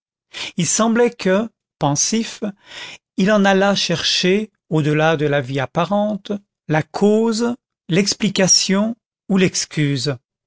il semblait que pensif il en allât chercher au-delà de la vie apparente la cause l'explication ou l'excuse